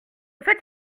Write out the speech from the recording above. faites